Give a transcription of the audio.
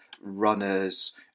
runners